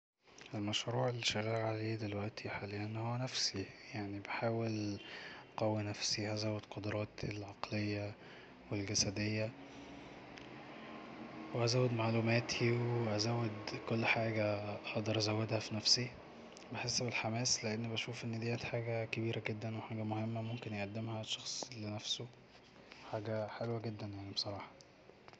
المشروع اللي شغال عليه دلوقتي هو نفسي يعني بحاول اقوي نفسي ازود قدراتي العقلية والجسدية وازود معلوماتي وازود كل حاجة اقدر ازودها في نفسي وازود الحماس لاني بشوف دي حاجة مهمة جدا وحاجة كبيرة ممكن يقدمها شخص لنفسه حاجه حلوه جدا يعني بصراحة